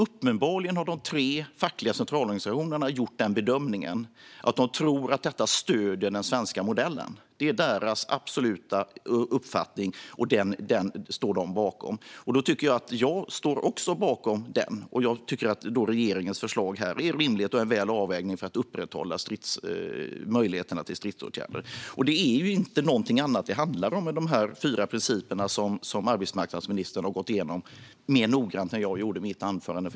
Uppenbarligen har de tre fackliga centralorganisationerna gjort bedömningen att de tror att detta stöder den svenska modellen. Det är deras absoluta uppfattning, och den står de bakom. Då står jag också bakom den, och då tycker jag att regeringens förslag är rimligt och att det innebär en bra avvägning för att upprätthålla möjligheterna till stridsåtgärder. Det är inte någonting annat det handlar om än de fyra principer som arbetsmarknadsministern har gått igenom mer noggrant än vad jag gjorde i mitt anförande.